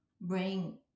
brain